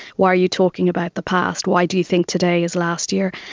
why are you talking about the past, why do you think today is last year?